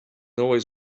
always